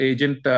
Agent